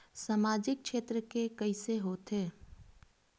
सामजिक क्षेत्र के कइसे होथे?